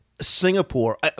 Singapore